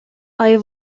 آیا